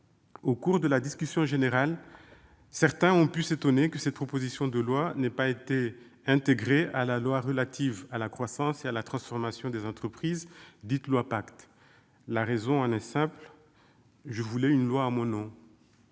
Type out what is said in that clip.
Au cours de la discussion générale, certains ont pu s'étonner que cette proposition de loi n'ait pas été intégrée à la loi relative à la croissance et la transformation des entreprises, dite loi Pacte. La raison en est simple : je voulais une loi à mon nom